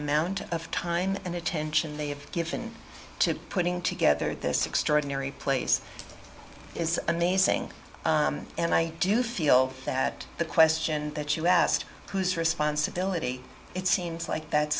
amount of time and attention they have given to putting together this extraordinary place is amazing and i do feel that the question that you asked whose responsibility it seems like that's